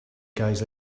guys